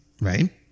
right